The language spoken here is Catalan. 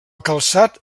calçat